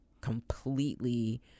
completely